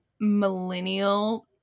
millennial